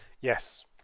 Yes